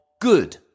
good